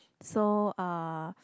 so uh